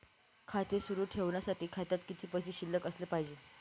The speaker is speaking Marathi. खाते सुरु ठेवण्यासाठी खात्यात किती पैसे शिल्लक असले पाहिजे?